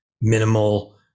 minimal